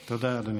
תודה, אדוני.